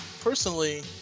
personally